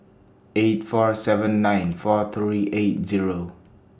eight four seven nine four three eight Zero